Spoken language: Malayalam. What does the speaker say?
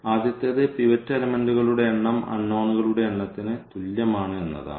ആദ്യത്തേത് പിവറ്റ് എലമെൻറ്കളുടെ എണ്ണം അൺനോണുകളുടെ എണ്ണത്തിന് തുല്യമാണ് എന്നതാണ്